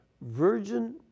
Virgin